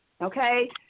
okay